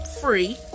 free